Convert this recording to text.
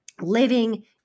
living